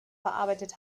verarbeitet